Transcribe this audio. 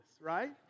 right